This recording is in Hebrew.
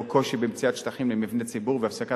כמו קושי במציאת שטחים למבני ציבור והפסקת